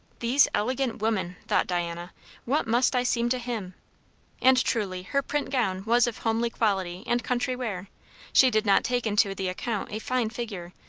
these elegant women! thought diana what must i seem to him and truly her print gown was of homely quality and country wear she did not take into the account a fine figure,